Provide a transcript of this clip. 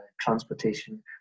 transportation